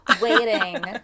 waiting